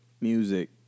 music